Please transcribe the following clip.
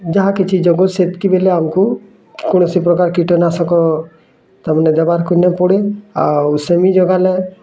ଯାହା କିଛି ଜଗଉଁ ସେତ୍କି ବେଲେ ଆମକୁ କୌଣସି ପ୍ରକାର କୀଟନାଶକ ତାମାନେ ଦେବାର୍କୁ ନାଇଁ ପଡ଼େ ଆଉ ସେମି ଜଗାଲେ